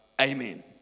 Amen